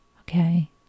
Okay